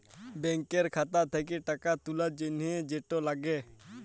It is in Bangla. ব্যাংকের খাতা থ্যাকে টাকা তুলার জ্যনহে যেট লাগে